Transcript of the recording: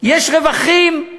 יש רווחים,